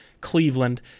Cleveland